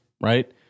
right